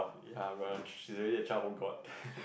ya rash she is really a childhood god